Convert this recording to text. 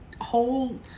whole